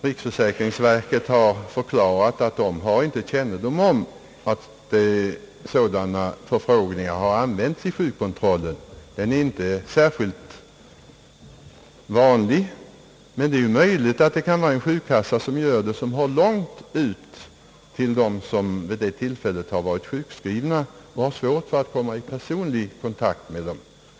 Riksförsäkringsverket har förklarat, att man där inte känner till att sådana förfrågningar använts i sjukkontrollen. De tycks inte vara särskilt vanliga, men det är möjligt att de används i fall då de sjuka bor långt ifrån sjukkassan, eftersom det då kan vara svårt för sjukkassan att komma i personlig kontakt med de sjukskrivna.